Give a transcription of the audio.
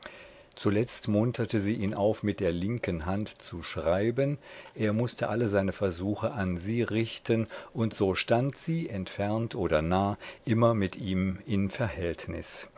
zuletzt munterte sie ihn auf mit der linken hand zu schreiben er mußte alle seine versuche an sie richten und so stand sie entfernt oder nah immer mit ihm in verhältnis